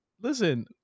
Listen